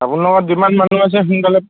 আপোনালোকৰ যিমান মানুহ আছে সোনকালে